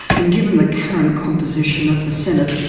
and given the current composition of the senate,